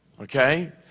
Okay